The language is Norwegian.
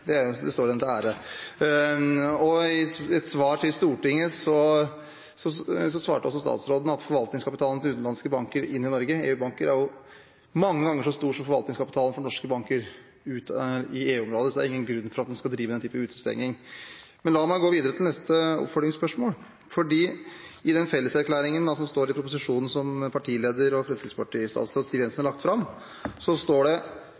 det. Det står henne til ære. I et svar til Stortinget svarte altså statsråden at forvaltningskapitalen til utenlandske EU-banker inn i Norge er mange ganger så stor som forvaltningskapitalen for norske banker ut i EU-området, så det er ingen grunn for at en skal drive den type utestenging. La meg gå videre til neste oppfølgingsspørsmål. I felleserklæringen som står i proposisjonen som partileder og Fremskrittsparti-statsråd Siv Jensen har lagt fram, står det: